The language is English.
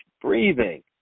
breathing